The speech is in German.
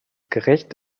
gericht